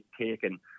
taken